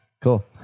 Cool